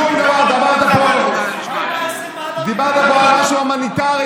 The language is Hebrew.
שום דבר, דיברת פה על משהו הומניטרי.